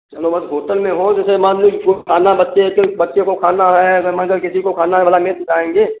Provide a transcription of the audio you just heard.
चलो अगर होटल मे हो जैसे मान लो किसी को खाना है बच्चे है तो बच्चे को खाना है अगर मान लीजिए किसी को खाना है वहाँ ले तो जाएंगे